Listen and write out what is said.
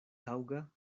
taŭga